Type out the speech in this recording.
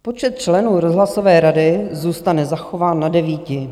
Počet členů rozhlasové rady zůstane zachován na 9.